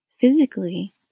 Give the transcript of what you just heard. Physically